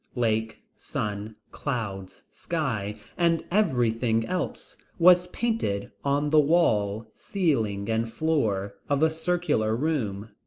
lake, sun, clouds, sky, and everything else, was painted on the wall, ceiling and floor, of a circular room.